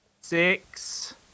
six